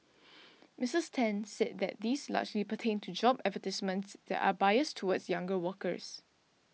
Misses Ten said that these largely pertained to job advertisements that are biased towards younger workers